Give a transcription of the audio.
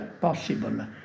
possible